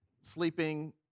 sleeping